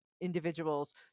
individuals